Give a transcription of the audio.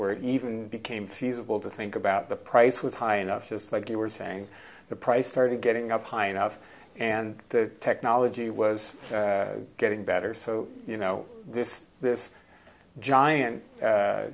where even became feasible to think about the price was high enough just like you were saying the price started getting up high enough and the technology was getting better so you know this this giant